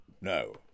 No